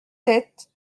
sept